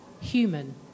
human